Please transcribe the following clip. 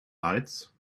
lights